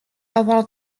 avoir